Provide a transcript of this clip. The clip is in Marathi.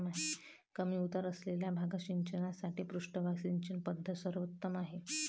कमी उतार असलेल्या भागात सिंचनासाठी पृष्ठभाग सिंचन पद्धत सर्वोत्तम आहे